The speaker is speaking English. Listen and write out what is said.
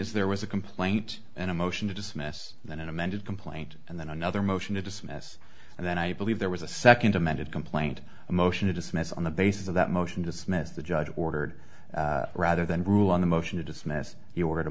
is there was a complaint and a motion to dismiss and then an amended complaint and then another motion to dismiss and then i believe there was a second amended complaint a motion to dismiss on the basis of that motion dismissed the judge ordered rather than rule on the motion to dismiss you were